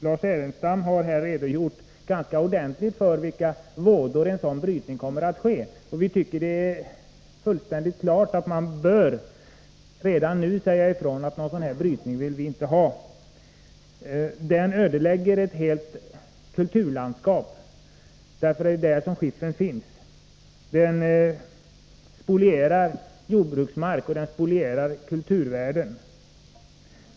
Lars Ernestam har utförligt redogjort för vad som skulle kunna bli vådan av en sådan brytning. Vi tycker det är fullkomligt klart att vi redan nu bör säga ifrån att detta är någonting som vi inte vill ha. Brytningen kan ödelägga hela kulturlandskap, den kan spoliera jordbruksmark och kulturvärden.